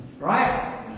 Right